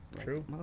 True